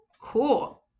Cool